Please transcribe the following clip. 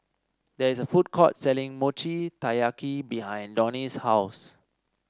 there is a food court selling Mochi Taiyaki behind Donie's house